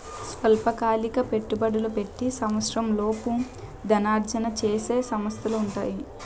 స్వల్పకాలిక పెట్టుబడులు పెట్టి సంవత్సరంలోపు ధనార్జన చేసే సంస్థలు ఉంటాయి